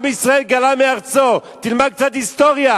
עם ישראל גלה מארצו, תלמד קצת היסטוריה.